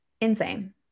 Insane